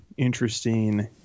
Interesting